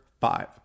five